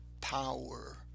power